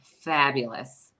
fabulous